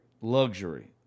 Luxury